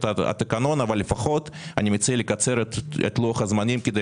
התקנון אבל לפחות אני מציע לקצר את לוח הזמנים כדי